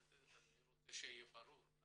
אני רוצה שיהיה ברור.